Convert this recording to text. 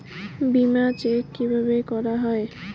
বিমা চেক কিভাবে করা হয়?